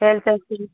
health insurance